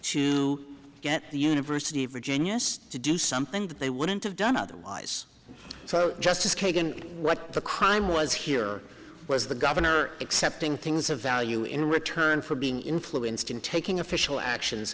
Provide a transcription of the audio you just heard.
to get the university of virginia to do something that they wouldn't have done otherwise so justice kagan what the crime was here was the governor accepting things of value in return for being influenced in taking official actions